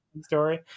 story